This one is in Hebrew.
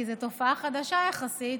כי זו תופעה חדשה יחסית.